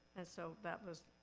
and so that was,